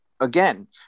again